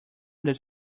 that